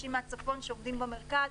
אנשים מהצפון שעובדים במרכז,